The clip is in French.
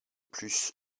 plus